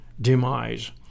demise